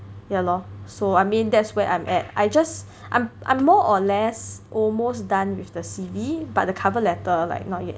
ya lor so I mean that's where I'm at I just I'm I'm more or less almost done with the C_V but the cover letter like not yet